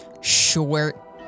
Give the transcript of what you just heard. short